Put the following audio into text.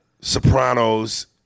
Sopranos